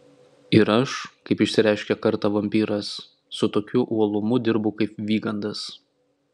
ir aš kaip išsireiškė kartą vampyras su tokiu uolumu dirbu kaip vygandas